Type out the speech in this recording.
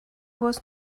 was